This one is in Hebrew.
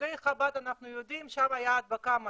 חסידי חב"ד אנחנו יודעים ששם הייתה הדבקה המונית.